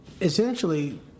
essentially